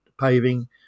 paving